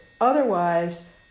Otherwise